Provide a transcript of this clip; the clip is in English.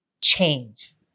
change